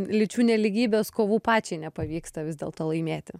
lyčių nelygybės kovų pačiai nepavyksta vis dėlto laimėti